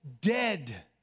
dead